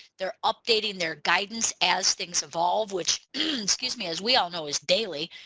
they're updating their guidance as things evolve which excuse me as we all know is daily.